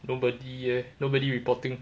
nobody eh nobody reporting